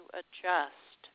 adjust